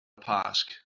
pasg